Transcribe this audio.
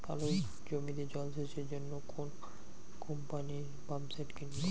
আলুর জমিতে জল সেচের জন্য কোন কোম্পানির পাম্পসেট কিনব?